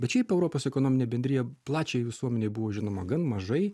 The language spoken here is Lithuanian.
bet šiaip europos ekonominė bendrija plačiai visuomenei buvo žinoma gan mažai